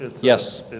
Yes